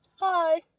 Hi